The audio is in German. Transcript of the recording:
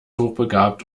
hochbegabt